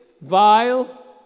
vile